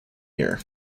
year